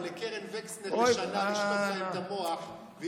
אתה יודע למה?